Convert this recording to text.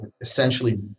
essentially